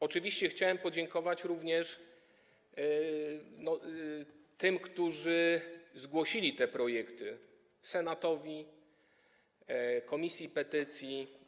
Oczywiście chciałem podziękować również tym, którzy zgłosili te projekty - Senatowi i Komisji do Spraw Petycji.